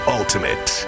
ultimate